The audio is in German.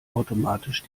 automatisch